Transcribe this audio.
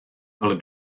ale